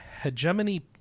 Hegemony